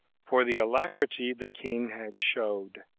for the alacrity the king had showed.